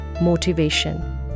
motivation